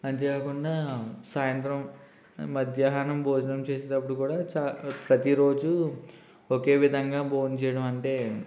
అంతేకాకుండా సాయంత్రం మధ్యాహ్నం భోజనం చేసేదప్పుడు కూడా చా ప్రతిరోజు ఒకే విధంగా భోంచేయడం అంటే